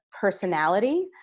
personality